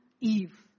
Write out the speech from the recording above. Eve